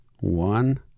one